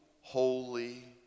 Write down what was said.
holy